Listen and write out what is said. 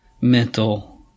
mental